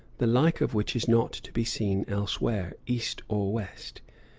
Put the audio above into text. the like of which is not to be seen elsewhere, east or west.